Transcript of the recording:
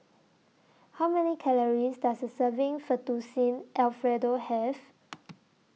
How Many Calories Does A Serving Fettuccine Alfredo Have